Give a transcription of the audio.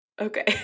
Okay